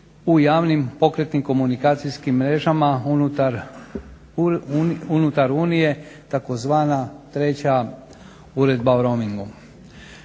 u javnim pokretnim komunikacijskim mrežama unutar Unije, tzv. treća uredba o roamingu.